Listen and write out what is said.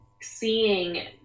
seeing